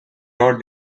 not